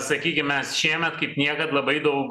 sakykim mes šiemet kaip niekad labai daug